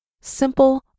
simple